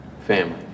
Family